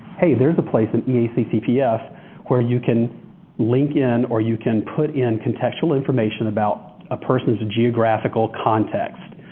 hey, there's a place in eac cpf where you can link in or you can put in contextual information about a person's geographical context,